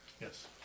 Yes